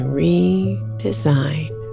redesign